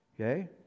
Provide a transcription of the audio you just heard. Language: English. Okay